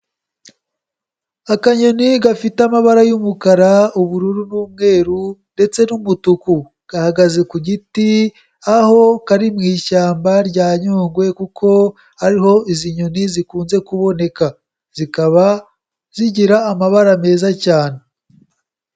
Akanyoni gafite amabara y'umukara, ubururu n'umweru ndetse n'umutuku, gahagaze ku giti, aho kari mu ishyamba rya Nyungwe kuko hariho izi nyoni zikunze kuboneka, zikaba zigira amabara meza cyane.